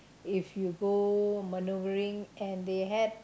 if you go manoeuvering and they had